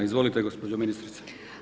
Izvolite, gospođo ministrice.